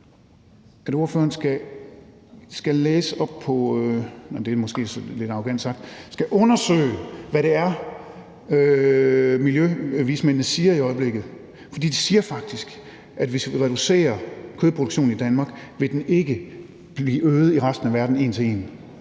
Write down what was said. sagt, men så undersøge, hvad det er, miljøvismændene siger i øjeblikket, for de siger faktisk, at hvis vi reducerer kødproduktionen i Danmark, vil den ikke blive øget i resten af verden en til en.